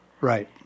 Right